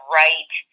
right